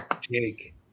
Jake